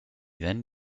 then